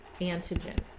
antigen